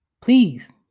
Please